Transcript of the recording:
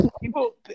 people